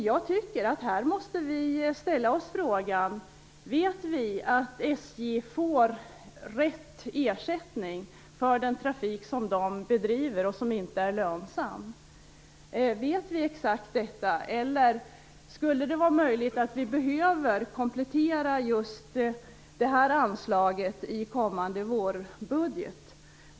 Jag tycker att vi måste ställa oss frågan: Vet vi att Vet vi exakt detta, eller kan det möjligen vara så att vi behöver komplettera just det här anslaget i kommande vårbudget?